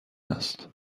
است